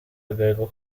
agahigo